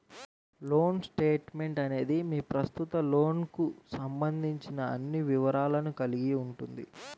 loan statement అనేది మీ ప్రస్తుత లోన్కు సంబంధించిన అన్ని వివరాలను కలిగి ఉంటుంది